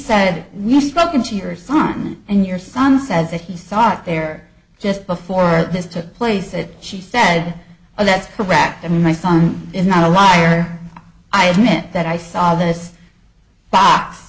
said we spoken to your son and your son says that he thought there just before this took place it she said and that's correct and my son is not a liar i admit that i saw this box